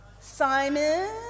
Simon